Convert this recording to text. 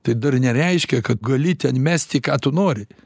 tai dar nereiškia kad gali ten mesti ką tu nori